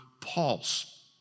pulse